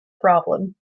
problem